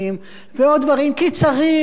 ועוד דברים, כי צריך, כי מוכרחים,